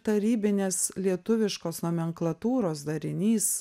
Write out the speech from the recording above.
tarybinės lietuviškos nomenklatūros darinys